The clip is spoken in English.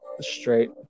straight